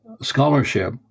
scholarship